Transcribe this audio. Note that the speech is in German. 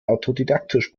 autodidaktisch